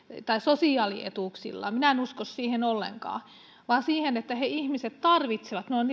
tai sosiaalietuuksilla minä en usko siihen ollenkaan vaan siihen että ne ihmiset tarvitsevat ne ovat